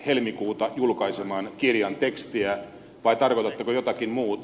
helmikuuta julkaiseman kirjan tekstiä vai tarkoitatteko jotakin muuta